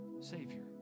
Savior